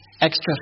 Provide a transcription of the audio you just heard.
extra